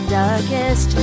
darkest